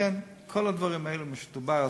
לכן כל הדברים האלה, שמדובר בסכנה,